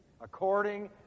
according